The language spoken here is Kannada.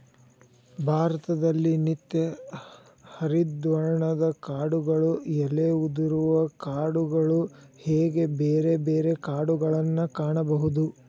ಭಾರತದಲ್ಲಿ ನಿತ್ಯ ಹರಿದ್ವರ್ಣದ ಕಾಡುಗಳು ಎಲೆ ಉದುರುವ ಕಾಡುಗಳು ಹೇಗೆ ಬೇರೆ ಬೇರೆ ಕಾಡುಗಳನ್ನಾ ಕಾಣಬಹುದು